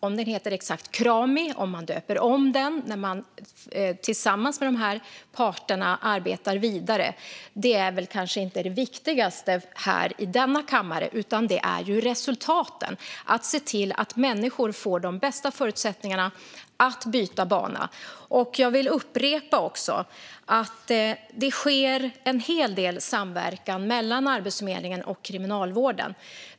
Om den heter exakt Krami eller om man döper om den när man tillsammans med parterna arbetar vidare är väl kanske inte det viktigaste här i denna kammare, utan det är resultaten. Det handlar om att se till att människor får de bästa förutsättningarna att byta bana. Jag vill också upprepa att det sker en hel del samverkan mellan Arbetsförmedlingen och Kriminalvården.